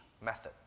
method